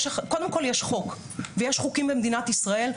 קודם כול, יש חוק, יש חוקים במדינת ישראל.